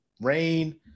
Rain